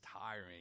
tiring